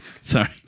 Sorry